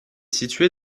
située